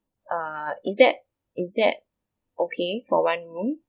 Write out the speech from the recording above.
err is that is that okay for one room